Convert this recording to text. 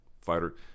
fighter